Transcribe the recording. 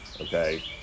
Okay